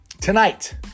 tonight